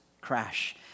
crash